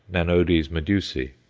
nanodes medusae,